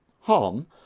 harm